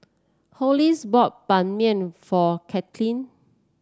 Hollis bought Ban Mian for Cathleen